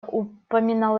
упоминал